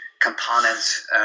components